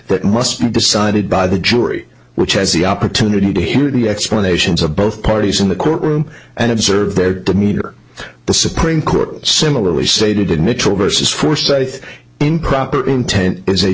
that must be decided by the jury which has the opportunity to hear the explanations of both parties in the courtroom and observe their demeanor the supreme court similarly stated in neutral versus forsyth in proper intent is a